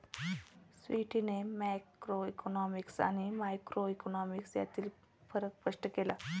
स्वीटीने मॅक्रोइकॉनॉमिक्स आणि मायक्रोइकॉनॉमिक्स यांतील फरक स्पष्ट केला